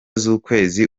z’ukwezi